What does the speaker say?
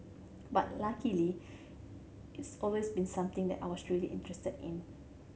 but luckily it's always been something that I was really interested in